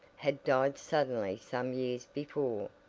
had died suddenly some years before,